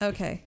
Okay